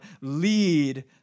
lead